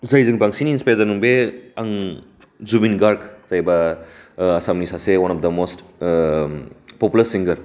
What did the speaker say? जायजों बांसिन इनस्पयार दं बे आं जुबिन गर्ग जायबा आसामनि सासे अवान डा मस्ट टपलेस्ट सिंगर